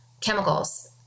chemicals